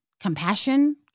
Compassion